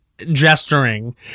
gesturing